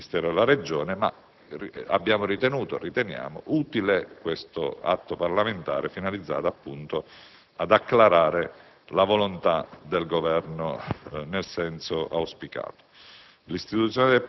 tra il Ministero e la Regione, ma riteniamo utile questo atto parlamentare finalizzato - ripeto - ad acclarare la volontà del Governo nel senso auspicato.